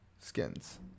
Skins